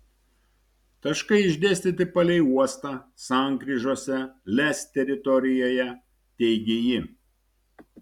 taškai išdėstyti palei uostą sankryžose lez teritorijoje teigė ji